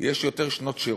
יש יותר שנות שירות,